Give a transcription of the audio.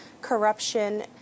corruption